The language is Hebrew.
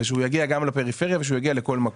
ושהוא יגיע גם לפריפריה ושהוא יגיע לכל מקום.